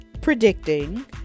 predicting